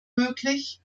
möglich